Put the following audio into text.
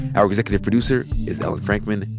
our executive producer is ellen frankman.